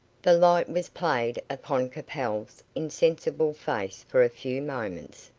the light was played upon capel's insensible face for a few moments,